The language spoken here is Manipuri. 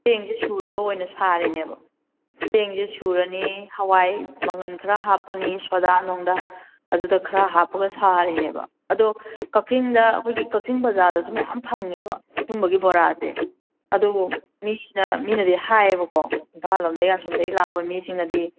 ꯆꯦꯡꯁꯦ ꯁꯨꯔꯒ ꯑꯣꯏꯅ ꯁꯥꯔꯤꯅꯦꯕ ꯆꯦꯡꯁꯦ ꯁꯨꯔꯅꯤ ꯍꯋꯥꯏ ꯃꯪꯒꯟ ꯈꯔ ꯍꯥꯞꯄꯅꯤ ꯁꯣꯗꯥꯅꯨꯡꯗ ꯑꯗꯨꯗ ꯈꯔ ꯍꯥꯞꯄꯒ ꯁꯥꯔꯤꯅꯦꯕ ꯑꯗꯣ ꯀꯛꯆꯤꯡꯗ ꯑꯨꯈꯣꯏꯒꯤ ꯀꯛꯆꯤꯡ ꯕꯖꯥꯔꯗꯁꯨ ꯃꯌꯥꯝ ꯐꯪꯉꯦꯕ ꯁꯨꯝꯕꯒꯤ ꯕꯣꯔꯥꯁꯦ ꯑꯗꯣ ꯃꯤꯅ ꯃꯤꯅꯗꯤ ꯍꯥꯏꯌꯦꯕꯀꯣ ꯏꯝꯐꯥꯜꯂꯣꯝꯗꯩ ꯑꯁꯣꯝꯗꯩ ꯂꯥꯛꯄ ꯃꯤꯁꯤꯡꯅꯗꯤ